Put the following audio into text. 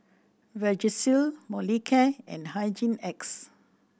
Vagisil Molicare and Hygin X